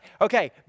okay